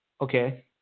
Okay